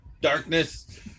darkness